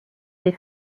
des